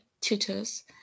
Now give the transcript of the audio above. tutors